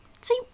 see